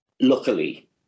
luckily